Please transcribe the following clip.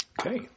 Okay